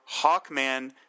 Hawkman